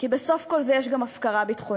כי בסוף כל זה יש גם הפקרה ביטחונית,